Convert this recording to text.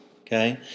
okay